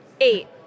Eight